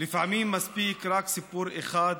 לפעמים מספיק רק סיפור אחד,